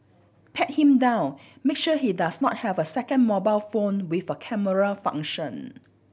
pat him down make sure he does not have a second mobile phone with a camera function